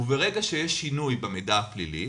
וברגע שיש שינוי במידע הפלילי